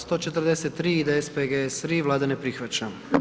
143, IDS, PGS, RI, Vlada ne prihvaća.